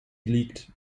liegt